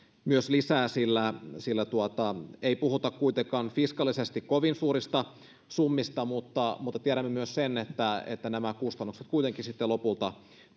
vielä lisää sillä sillä ei puhuta kuitenkaan fiskaalisesti kovin suurista summista mutta mutta tiedämme myös sen että että nämä kustannukset kuitenkin sitten lopulta